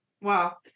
Wow